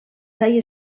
feia